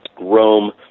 Rome